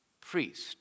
priest